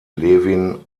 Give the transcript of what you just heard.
levin